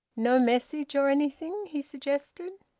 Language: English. no message or anything? he suggested.